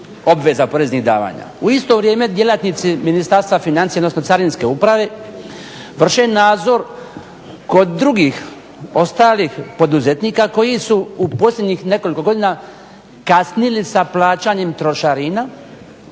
U isto vrijeme djelatnici Ministarstva financija odnosno Carinske uprave vrše nadzor kod drugih, ostalih poduzetnika koji su u posljednjih nekoliko godina kasnili sa plaćanjem trošarina